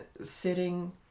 sitting